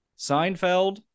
Seinfeld